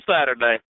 Saturday